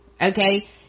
Okay